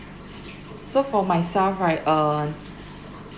s~ so for myself right uh